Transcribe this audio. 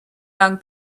young